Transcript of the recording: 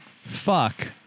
Fuck